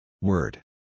Word